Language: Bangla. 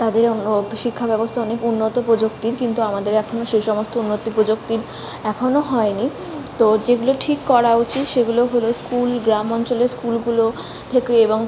তাদের অন্য শিক্ষাব্যবস্থা অনেক উন্নত প্রযুক্তির কিন্তু আমাদের এখনও সেই সমস্ত উন্নত প্রযুক্তির এখনও হয়নি তো যেগুলো ঠিক করা উচিত সেগুলো হল স্কুল গ্রামঞ্চলে স্কুলগুলো থেকে এবং